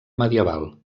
medieval